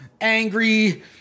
angry